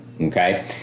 okay